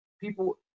people